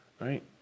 Right